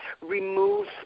remove